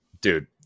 Dude